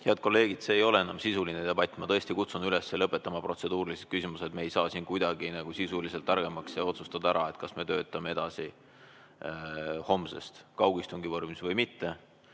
Head kolleegid! See ei ole enam sisuline debatt. Ma tõesti kutsun üles lõpetama protseduurilised küsimused, me ei saa siin kuidagi sisuliselt targemaks, ja otsustama ära, kas me töötame edasi homsest kaugistungi vormis või mitte.